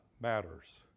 matters